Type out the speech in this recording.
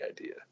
idea